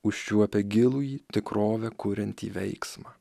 užčiuopę gilųjį tikrovę kuriantį veiksmą